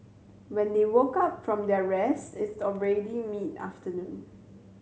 when they woke up from their rest it's already mid afternoon